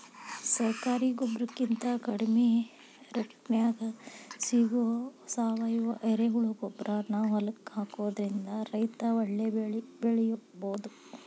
ಸರಕಾರಿ ಗೊಬ್ಬರಕಿಂತ ಕಡಿಮಿ ರೇಟ್ನ್ಯಾಗ್ ಸಿಗೋ ಸಾವಯುವ ಎರೆಹುಳಗೊಬ್ಬರಾನ ಹೊಲಕ್ಕ ಹಾಕೋದ್ರಿಂದ ರೈತ ಒಳ್ಳೆ ಬೆಳಿ ಬೆಳಿಬೊದು